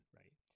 right